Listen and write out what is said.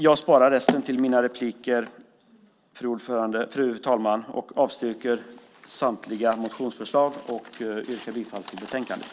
Jag sparar resten till mina repliker, fru talman, och yrkar avslag på samtliga motionsförslag och bifall till förslaget i betänkandet.